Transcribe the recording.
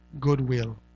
goodwill